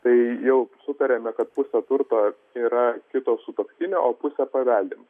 tai jau sutarėme kad pusė turto yra kito sutuoktinio o pusę paveldim